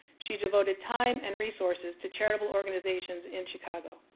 she devoted time and resources to charitable organizations in chicago.